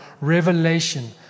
revelation